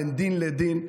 בין דין לדין,